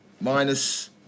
minus